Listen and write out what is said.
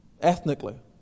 ethnically